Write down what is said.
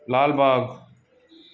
Lalbagh